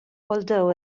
although